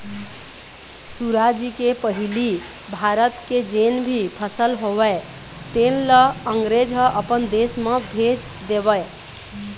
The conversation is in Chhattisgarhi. सुराजी के पहिली भारत के जेन भी फसल होवय तेन ल अंगरेज ह अपन देश म भेज देवय